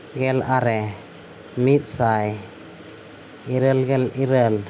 ᱜᱮᱞ ᱟᱨᱮ ᱢᱤᱫ ᱥᱟᱭ ᱤᱨᱟᱹᱞ ᱜᱮᱞ ᱤᱨᱟᱹᱞ